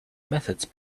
methods